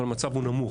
אבל המצב הוא נמוך,